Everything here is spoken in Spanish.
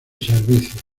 servicios